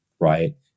right